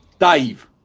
Dave